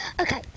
Okay